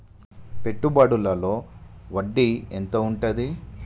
పెట్టుబడుల లో వడ్డీ ఎంత ఉంటది?